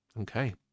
Okay